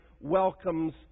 welcomes